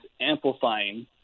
amplifying